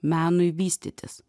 menui vystytis